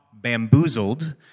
Bamboozled